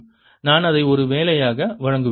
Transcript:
நான் அதை ஒரு வேலையாக வழங்குவேன்